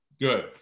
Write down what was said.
Good